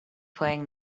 playing